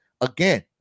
again